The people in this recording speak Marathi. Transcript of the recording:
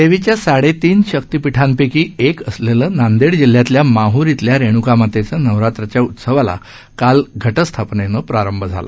देवीच्या साडेतीन शक्तीपीठापैकी एक असलेले नांदेड जिल्ह्यातल्या माहर इथल्या रेणुकामातेच्या नवरात्र उत्सवाला काल घटस्थापनेनं प्रारंभ झाला